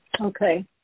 Okay